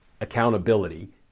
accountability